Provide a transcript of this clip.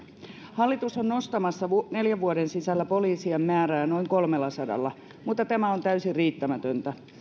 hallitus on nostamassa neljän vuoden sisällä poliisien määrää noin kolmellasadalla mutta tämä on täysin riittämätöntä